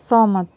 सहमत